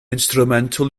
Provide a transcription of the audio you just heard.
instrumental